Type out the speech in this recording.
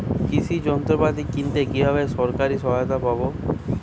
কৃষি যন্ত্রপাতি কিনতে কিভাবে সরকারী সহায়তা পাব?